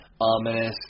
ominous